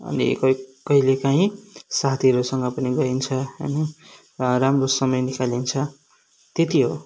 अनि कहि कहिले काहीँ साथीहरूसँग पनि गइन्छ अनि राम्रो समय निकालिन्छ त्यति हो